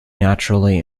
naturally